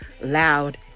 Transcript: loud